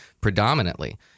predominantly